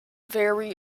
very